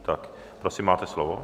Tak prosím, máte slovo.